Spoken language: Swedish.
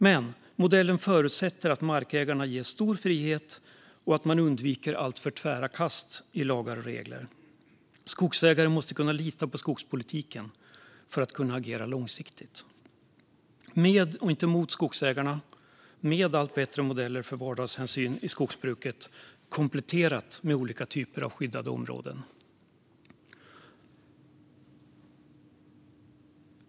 Men modellen förutsätter att markägarna ges stor frihet och att man undviker alltför tvära kast i lagar och regler. Skogsägare måste kunna lita på skogspolitiken för att kunna agera långsiktigt. Det gäller att vara med och inte mot skogsägarna, med allt bättre modeller för vardagshänsyn i skogsbruket. Det hela ska också kompletteras med olika typer av skyddade områden.